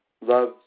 Love